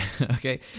Okay